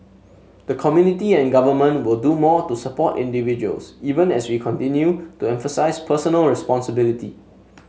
the community and government will do more to support individuals even as we continue to emphasise personal responsibility